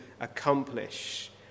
accomplish